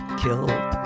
killed